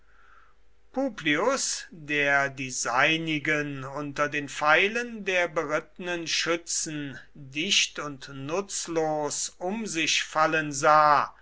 publius der die seinigen unter den pfeilen der berittenen schützen dicht und nutzlos um sich fallen sah